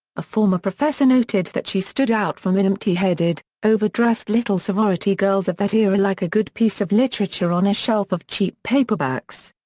a former professor noted that she stood out from the empty-headed, overdressed little sorority girls of that era like a good piece of literature on a shelf of cheap paperbacks.